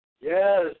Yes